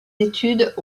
études